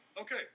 Okay